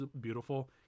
beautiful